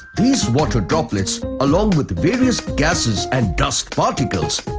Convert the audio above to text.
these water droplets along with various gases and dust particles,